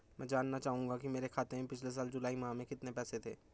मैं जानना चाहूंगा कि मेरे खाते में पिछले साल जुलाई माह में कितने पैसे थे?